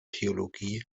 theologie